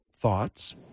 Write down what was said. Thoughts